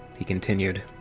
he continued.